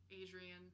Adrian